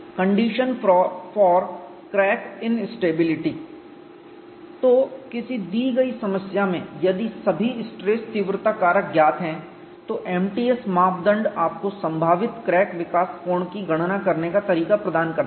condition for crack instability तो किसी दी गई समस्या में यदि सभी स्ट्रेस तीव्रता कारक ज्ञात हैं तो MTS मापदंड आपको संभावित क्रैक विकास कोण की गणना करने का तरीका प्रदान करता है